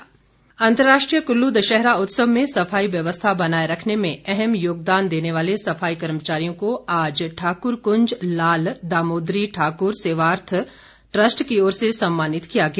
गोविंद ठाकुर अंतर्राष्ट्रीय कुल्लू दशहरा उत्सव में सफाई व्यवस्था बनाए रखने में अहम योगदान देने वाले सफाई कर्मचारियों को आज ठाकुर कुंज लाल दामोदरी ठाकुर सेवार्थ ट्रस्ट की ओर से सम्मानित किया गया